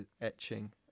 etching